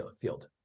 field